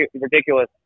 ridiculous